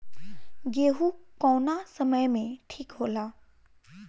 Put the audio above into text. गेहू कौना समय मे ठिक होला?